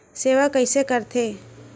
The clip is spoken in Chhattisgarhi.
सेवा कइसे करथे?